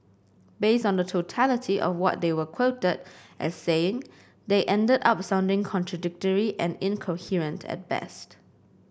based on the totality of what they were quoted as saying they ended up sounding contradictory and incoherent at best